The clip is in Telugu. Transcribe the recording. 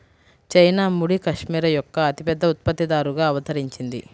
చైనా ముడి కష్మెరె యొక్క అతిపెద్ద ఉత్పత్తిదారుగా అవతరించింది